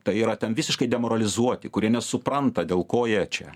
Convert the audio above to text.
tai yra ten visiškai demoralizuoti kurie nesupranta dėl ko jie čia